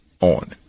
on